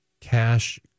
cash